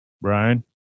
Brian